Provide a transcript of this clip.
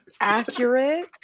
Accurate